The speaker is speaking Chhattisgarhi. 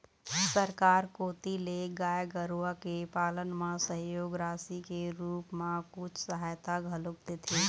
सरकार कोती ले गाय गरुवा के पालन म सहयोग राशि के रुप म कुछ सहायता घलोक देथे